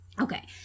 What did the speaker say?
Okay